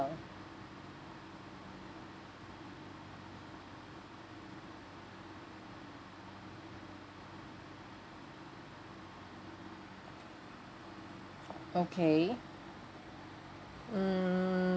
okay mm